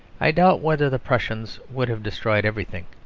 i doubt whether the prussians would have destroyed everything.